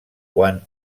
quant